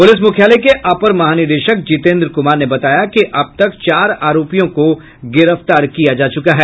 police मुख्यालय के अपर महानिदेशक जितेन्द्र कुमार ने बताया कि अब तक चार आरोपियों को गिरफ्तार किया जा चुका है